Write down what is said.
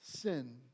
sin